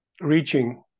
reaching